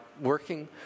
working